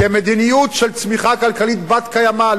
כי מדיניות של צמיחה כלכלית בת-קיימא,